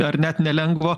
ar net nelengvo